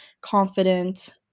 confident